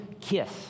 kiss